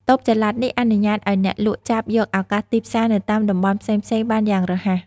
តូបចល័តនេះអនុញ្ញាតឱ្យអ្នកលក់ចាប់យកឱកាសទីផ្សារនៅតាមតំបន់ផ្សេងៗបានយ៉ាងរហ័ស។